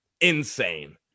insane